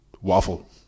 waffle